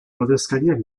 ordezkariak